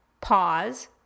pause